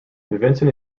vincent